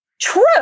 True